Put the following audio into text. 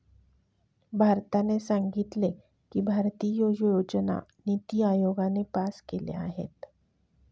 भारताने सांगितले की, भारतीय योजना निती आयोगाने पास केल्या आहेत